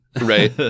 Right